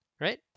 right